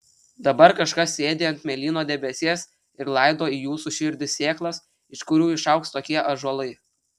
dabar kažkas sėdi ant mėlyno debesies ir laido į jūsų širdį sėklas iš kurių išaugs tokie ąžuolai